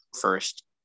first